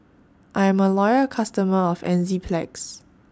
I'm A Loyal customer of Enzyplex